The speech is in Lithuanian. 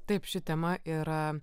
taip ši tema yra